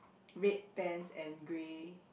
red pants and grey